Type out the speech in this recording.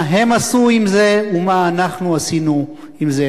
מה הם עשו עם זה ומה אנחנו עשינו עם זה,